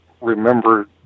remember